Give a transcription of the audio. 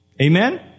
Amen